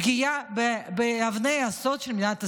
פגיעה באבני היסוד של מדינת ישראל.